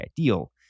ideal